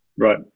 Right